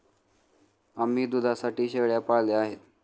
आम्ही दुधासाठी शेळ्या पाळल्या आहेत